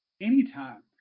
Anytime